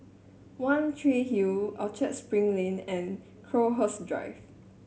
One Tree Hill Orchard Spring Lane and Crowhurst Drive